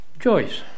Choice